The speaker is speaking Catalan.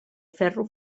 ferro